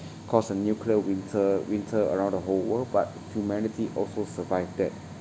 cause a nuclear winter winter around the whole world but humanity also survived that